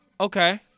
Okay